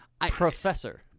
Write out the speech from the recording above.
Professor